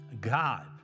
God